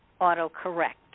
auto-correct